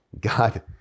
God